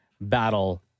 battle